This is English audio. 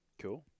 Cool